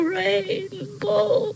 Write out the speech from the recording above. rainbow